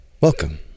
Welcome